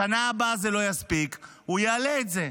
בשנה הבאה זה לא יספיק, הוא יעלה את זה.